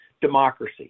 democracy